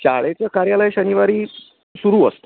शाळेच कार्यालय शनिवारी सुरू असतं